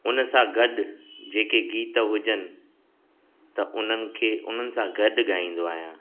उन सां गॾु जेके गीत हुजनि त उन्हनि खे उन्हनि सां गॾु ॻाईंदो आहियां